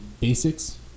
basics